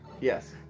Yes